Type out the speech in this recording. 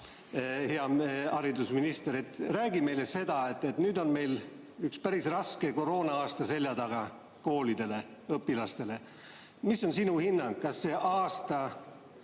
hea haridusminister. Räägi meile seda, et nüüd, kui meil on üks päris raske koroona-aasta seljataga koolidele, õpilastele, milline on sinu hinnang. Kas see aasta